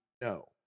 no